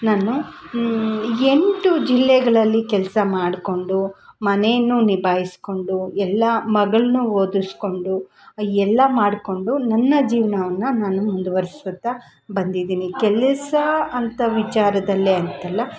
ನಾನು ಎಂಟು ಜಿಲ್ಲೆಗಳಲ್ಲಿ ಕೆಲಸ ಮಾಡಿಕೊಂಡು ಮನೆನೂ ನಿಭಾಯಿಸ್ಕೊಂಡು ಎಲ್ಲ ಮಗಳನ್ನೂ ಓದಿಸಿಕೊಂಡು ಎಲ್ಲ ಮಾಡಿಕೊಂಡು ನನ್ನ ಜೀವನವನ್ನ ನಾನು ಮುಂದುವರೆಸುತ್ತಾ ಬಂದಿದ್ದೀನಿ ಕೆಲಸ ಅಂತ ವಿಚಾರದಲ್ಲೇ ಅಂತಲ್ಲ